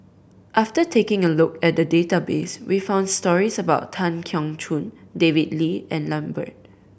after taking a look at the database we found stories about Tan Keong Choon David Lee and Lambert